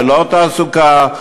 ללא תעסוקה,